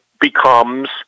becomes